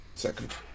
Second